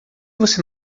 você